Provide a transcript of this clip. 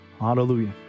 Hallelujah